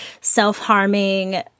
self-harming